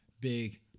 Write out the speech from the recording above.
big